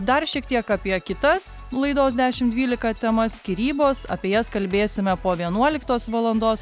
dar šiek tiek apie kitas laidos dešim dvylika temas skyrybos apie jas kalbėsime po vienuoliktos valandos